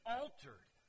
altered